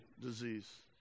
disease